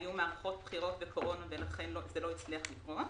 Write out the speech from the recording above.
היו מערכות בחירות וקורונה ולכן זה לא הצליח לקרות.